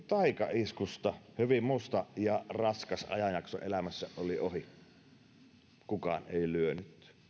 taikaiskusta hyvin musta ja raskas ajanjakso elämässä oli ohi kukaan ei lyönyt